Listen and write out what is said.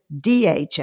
DHA